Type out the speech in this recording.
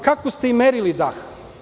Kako ste im merili dah?